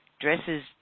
Dresses